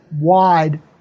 wide